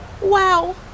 Wow